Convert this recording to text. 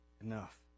enough